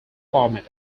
format